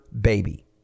baby